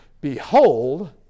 Behold